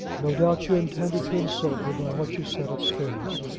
no doubt you intended to insult me by what you said upstairs.